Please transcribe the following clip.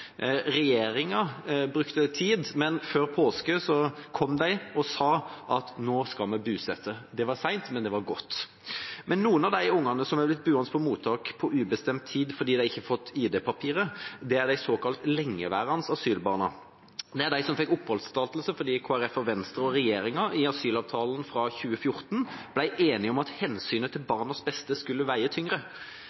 Regjeringa brukte tid, men før påske kom de og sa at nå skal vi bosette. Det var sent, men det var godt. Noen av de ungene som har blitt boende på mottak på ubestemt tid fordi de ikke har fått ID-papirer, er de såkalt lengeværende asylbarna. Det er de som fikk oppholdstillatelse fordi Kristelig Folkeparti, Venstre og regjeringa i asylavtalen fra 2014 ble enige om at hensynet til